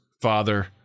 father